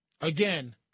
Again